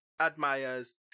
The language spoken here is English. admires